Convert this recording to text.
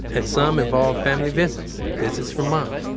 and some involve family visits. visits from mom.